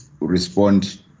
respond